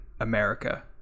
America